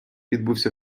відбувся